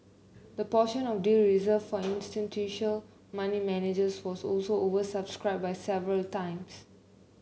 the portion of the deal reserved for institutional money managers was also oversubscribed by several times